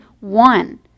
one